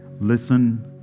Listen